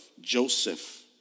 Joseph